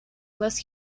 less